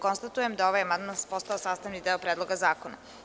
Konstatujem da je ovaj amandman postao sastavni deo Predloga zakona.